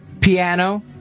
piano